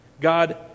God